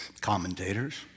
commentators